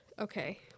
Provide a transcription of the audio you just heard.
Okay